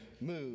move